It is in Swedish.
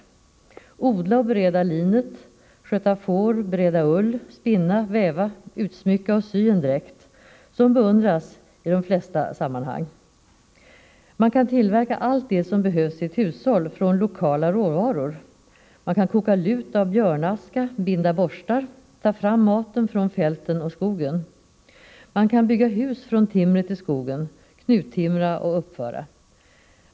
Man kan odla och bereda linet, sköta får, bereda ull, spinna, väva, utsmycka och sy en dräkt som beundras i de flesta sammanhang. Man kan från lokala råvaror tillverka allt det som behövs i ett hushåll. Man kan koka lut av björkaska, binda borstar och ta fram maten från fälten och skogen. Man kan bygga hus av timret i skogen — knuttimra och uppföra.